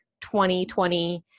2020